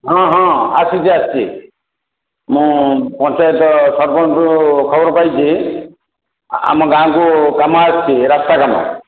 ହଁ ହଁ ଆସିଛି ଆସିଛି ମୁଁ ପଞ୍ଚାୟତ ସରପଞ୍ଚଠୁ ଖବର ପାଇଛି ଆମ ଗାଁକୁ କାମ ଆସିଛି ରାସ୍ତା କାମ